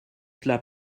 cela